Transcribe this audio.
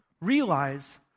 realize